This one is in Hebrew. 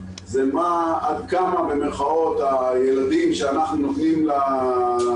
אמון הציבור זה עד כמה צה"ל שומר על הילדים שאנחנו נותנים לצבא,